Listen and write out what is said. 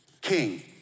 king